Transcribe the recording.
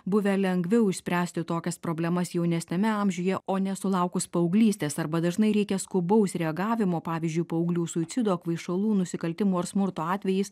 buvę lengviau išspręsti tokias problemas jaunesniame amžiuje o nesulaukus paauglystės arba dažnai reikia skubaus reagavimo pavyzdžiui paauglių suicido kvaišalų nusikaltimų ar smurto atvejais